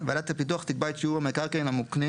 ועדת הפיתוח תקבע את שיעור המקרקעין המוקנים